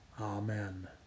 Amen